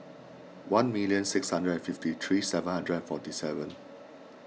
one million sixteen hundred and fifty three seven hundred and forty seven